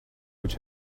which